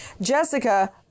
Jessica